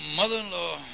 mother-in-law